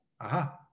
aha